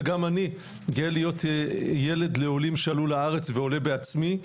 גם אני גאה להיות ילד לעולים שעלו לארץ ועולה בעצמי.